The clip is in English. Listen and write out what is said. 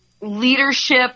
leadership